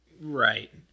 Right